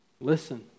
Listen